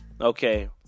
okay